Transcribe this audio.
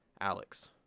Alex